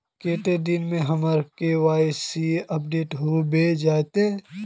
कते दिन में हमर के.वाई.सी अपडेट होबे जयते?